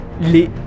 les